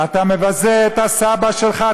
אתה מבזה את הסבא שלך,